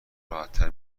راحتتر